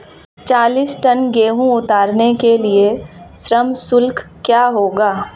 चालीस टन गेहूँ उतारने के लिए श्रम शुल्क क्या होगा?